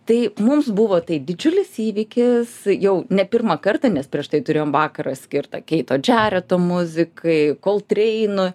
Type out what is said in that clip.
tai mums buvo tai didžiulis įvykis jau ne pirmą kartą nes prieš tai turėjom vakarą skirtą keito džereto muzikai kolt reinų